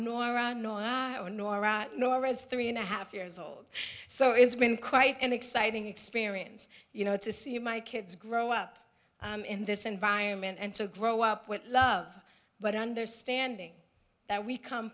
nora as three and a half years old so it's been quite an exciting experience you know to see my kids grow up in this environment and to grow up with love but understanding that we come